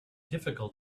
difficult